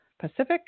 Pacific